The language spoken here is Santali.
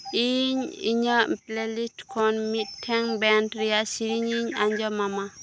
ᱤᱧ ᱤᱧᱟᱜ ᱯᱞᱮ ᱞᱤᱥᱴ ᱠᱷᱚᱱ ᱢᱤᱫᱴᱮᱝ ᱵᱮᱱᱰ ᱨᱮᱭᱟᱜ ᱥᱮᱨᱮᱧ ᱤᱧ ᱟᱸᱡᱚᱢ ᱟᱢᱟ